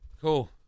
cool